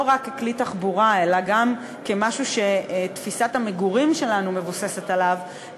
לא רק ככלי תחבורה אלא גם כמשהו שתפיסת המגורים שלנו מבוססת עליו,